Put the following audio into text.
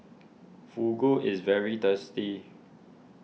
Fugu is very tasty